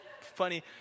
funny